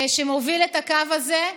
שמוביל את הקו הזה.